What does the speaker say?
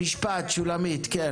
משפט שולמית, כן.